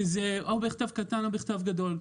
או בכתב קטן או בכתב גדול.